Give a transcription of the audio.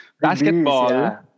basketball